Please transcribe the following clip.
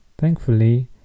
Thankfully